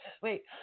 Wait